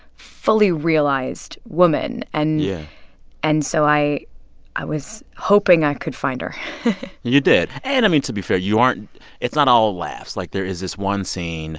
fully realized woman. and. yeah and so i i was hoping i could find her you did. and i mean, to be fair, you aren't it's not all laughs. like, there is this one scene